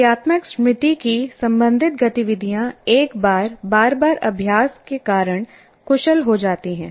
प्रक्रियात्मक स्मृति की संबंधित गतिविधियाँ एक बार बार बार अभ्यास के कारण कुशल हो जाती हैं